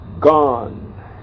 Gone